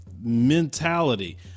mentality